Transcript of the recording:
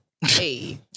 hey